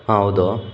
ಹಾ ಹೌದು